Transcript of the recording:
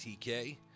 TK